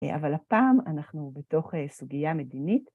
אבל הפעם אנחנו בתוך סוגיה מדינית.